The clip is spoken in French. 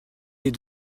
des